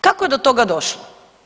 Kako je do toga došlo?